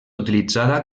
utilitzada